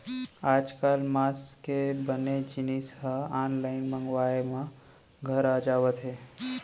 आजकाल मांस के बने जिनिस ह आनलाइन मंगवाए म घर आ जावत हे